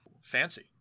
Fancy